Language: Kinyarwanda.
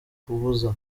kabuza